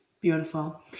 Beautiful